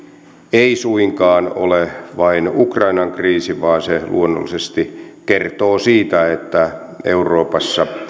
ei suinkaan ole vain ukrainan kriisi vaan se luonnollisesti kertoo siitä että euroopassa